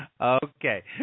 Okay